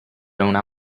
una